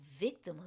victimhood